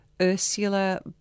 Ursula